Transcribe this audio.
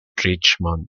richmond